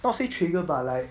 not say trigger but like